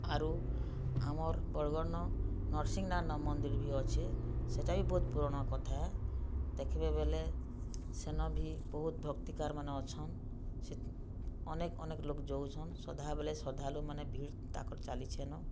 ଆରୁ ଆମର୍ ବର୍ଗଡ଼୍ନ ନରସିଂନାଥନ ମନ୍ଦିର୍ ବି ଅଛେ ସେଟା ବି ବହୁତ୍ ପୁରୁଣା କଥା ଏ ଦେଖ୍ବେ ବେଲେ ସେନ ବି ବହୁତ୍ ଭକ୍ତିକାର୍ମାନେ ଅଛନ୍ ସେ ଅନେକ୍ ଅନେକ୍ ଲୋକ୍ ଯୋଉଛନ୍ ସଧା ବେଲେ ଶ୍ରଦ୍ଧାଳୁମାନେ ଭିଡ଼୍ ତାଙ୍କର୍ ଚାଲିଛେନ